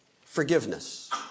forgiveness